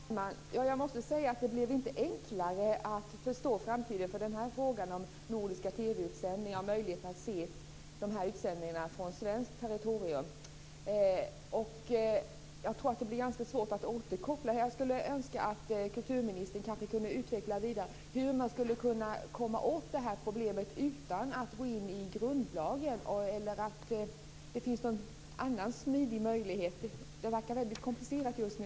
Fru talman! Jag måste säga att det inte blev enklare att förstå framtiden för nordiska TV-utsändningar och möjligheten att se dessa utsändningar från svenskt territorium. Jag tror att det blir ganska svårt att återkoppla. Jag skulle önska att kulturministern kunde utveckla vidare hur man kan komma åt det här problemet utan att gå in i grundlagen. Finns det någon annan smidig möjlighet? Det verkar väldigt komplicerat just nu.